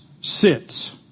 sits